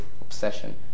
obsession